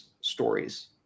stories